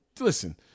listen